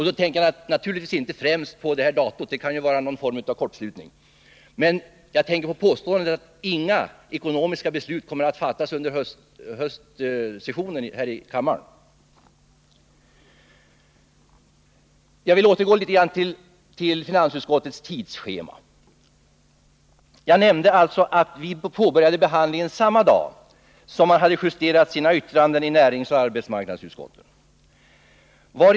Då tänker jag naturligtvis inte främst på detta med datumet — det kan ju vara någon form av kortslutning — utan på påståendet att inga ekonomiska beslut kommer att fattas här i kammaren under hösten. Jag vill något återgå till finansutskottets tidsschema. Jag nämnde att vi påbörjade behandlingen samma dag som man i näringsutskottet och arbetsmarknadsutskottet hade justerat sina yttranden.